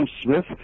Smith